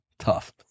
tough